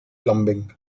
plumbing